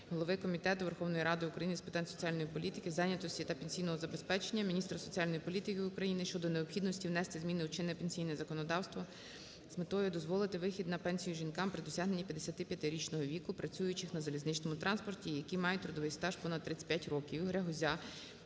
голови Комітету Верховної Ради України з питань соціальної політики, зайнятості та пенсійного забезпечення, міністра соціальної політики України щодо необхідності внести зміни у чинне пенсійне законодавство з метою дозволити вихід на пенсію жінкам при досягненні 55-річного віку (працюючих на залізничному транспорті) і які мають трудовий стаж понад 35 років.